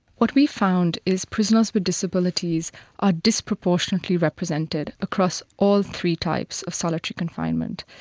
what we found is prisoners with disabilities are disproportionately represented across all three types of solitary confinement.